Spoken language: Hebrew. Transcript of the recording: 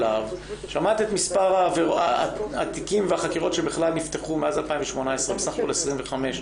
שמעת את מספר התיקים והחקירות שנפתחו מאז 2018 בסך הכול 25,